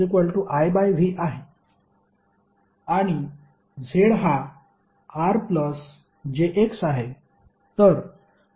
GjB 1ZIV आहे आणि Z हा RjX आहे